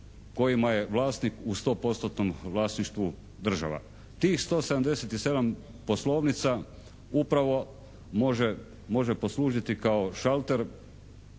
kojima je vlasnik u sto postotnom vlasništvu država. Tih 177 poslovnica upravo može poslužiti kao šalter